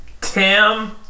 Tim